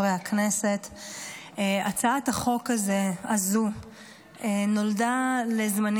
הצעת חוק הפיקוח על מעונות יום לפעוטות (תיקון,